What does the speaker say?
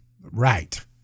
right